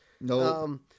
No